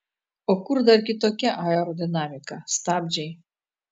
o kur dar kitokia aerodinamika stabdžiai